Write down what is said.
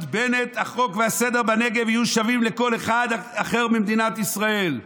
בנט שהחוק והסדר בנגב יהיו שווים לכל אחד אחר במדינת ישראל.